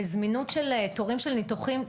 וזמינות של תורים של ניתוחים.